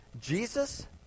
Jesus